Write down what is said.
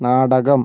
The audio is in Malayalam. നാടകം